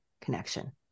connection